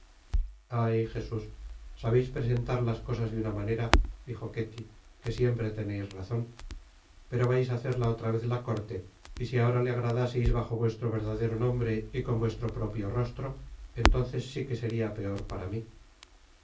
jesus sabeis presentar las cosas de una manera dijo ketty que siempre teneis razon pero vais á hacerla otra vez la corte y si ahora le agradaseis bajo vuestro verdadero nombre y con vuestro propio rostro entonces si que seria peor para mi